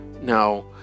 Now